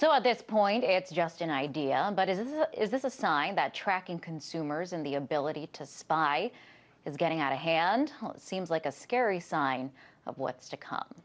so at this point it's just an idea but is it is this a sign that tracking consumers and the ability to spy is getting out of hand seems like a scary sign of what's to come